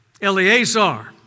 Eleazar